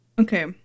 Okay